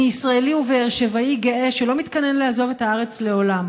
אני ישראלי ובאר שבעי גאה שלא מתכנן לעזוב את הארץ לעולם.